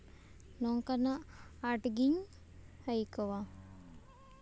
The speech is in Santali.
ᱱᱚᱝᱠᱟᱱᱟᱜ ᱟᱸᱴᱜᱤᱧ ᱟᱹᱭᱠᱟᱹᱣᱟ